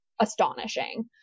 astonishing